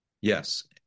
Yes